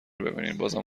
ببینینبازم